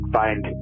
find